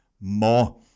more